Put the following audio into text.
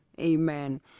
Amen